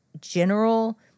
general